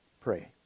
pray